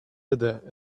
other